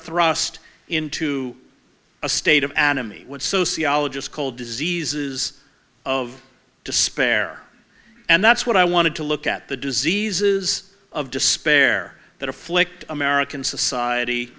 thrust into a state of anime what sociologists call diseases of despair and that's what i wanted to look at the diseases of despair that afflict american society